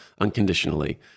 unconditionally